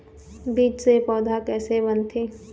बीज से पौधा कैसे बनथे?